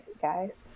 guys